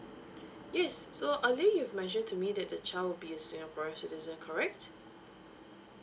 yes so earlier you have mentioned to me that the child will be a singaporean citizen correct